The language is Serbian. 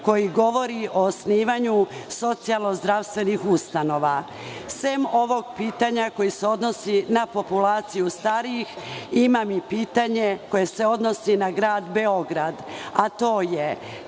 koji govori o osnivanju socijalno-zdravstvenih ustanova. Sem ovog pitanja koje se odnosi na populaciju starijih, imam i pitanje koje se odnosi na Grad Beograd, a to je